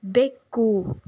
ಬೆಕ್ಕು